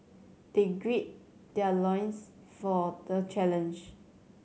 they gird their loins for the challenge